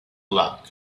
luck